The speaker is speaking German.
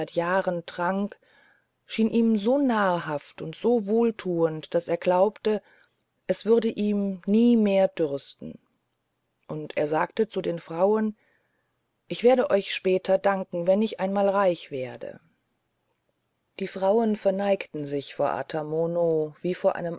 jahren trank schien ihm so nahrhaft und so wohltuend daß er glaubte es würde ihn nie mehr dürsten und er sagte zu den frauen ich werde euch später danken wenn ich einmal reich werde die frauen verneigten sich vor ata mono wie vor einem